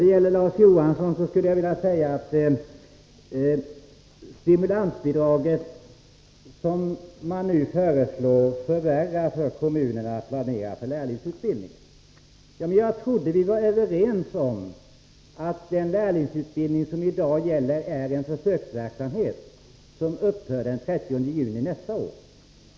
Till Larz Johansson skulle jag vilja säga att jag trodde att vi var överens om att det stimulansbidrag som man nu anser förvärrar kommunernas planering avlärlingsutbildningen bara gäller en försöksverksamhet, som upphör den 30 juni nästa år.